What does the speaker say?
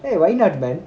!hey! why not man